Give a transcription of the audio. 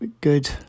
good